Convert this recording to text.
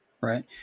Right